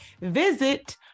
Visit